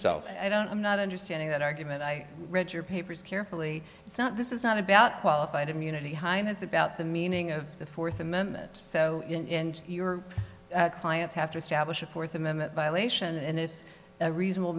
itself i don't i'm not understanding that argument i read your papers carefully it's not this is not about qualified immunity highness about the meaning of the fourth amendment so and your clients have to establish a fourth amendment violation and if a reasonable